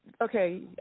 Okay